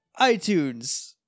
iTunes